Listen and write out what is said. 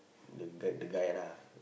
the the guy lah